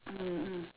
mm mm